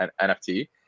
NFT